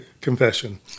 confession